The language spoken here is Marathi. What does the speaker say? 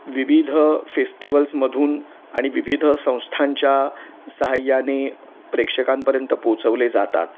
विविध फेस्टिवल्समधून आणि विविध संस्थांच्या सहाय्याने प्रेक्षकांपर्यंत पोचवले जातात